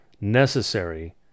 necessary